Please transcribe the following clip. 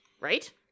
Right